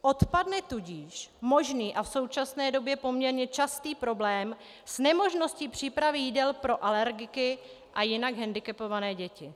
Odpadne tudíž možný a v současné době poměrně častý problém s nemožností přípravy jídel pro alergiky a jinak hendikepované děti.